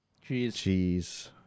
cheese